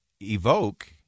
evoke